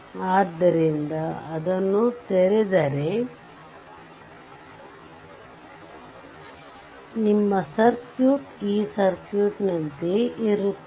ಆದ್ದರಿಂದ ಅದನ್ನು ತೆರೆದರೆ ನಿಮ್ಮ ಸರ್ಕ್ಯೂಟ್ ಈ ಸರ್ಕ್ಯೂಟ್ನಂತೆಯೇ ಇರುತ್ತದೆ